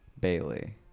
Bailey